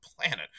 planet